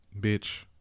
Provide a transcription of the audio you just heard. bitch